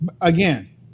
again